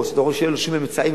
או שאתה רואה שאין לו שום אמצעים,